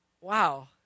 wow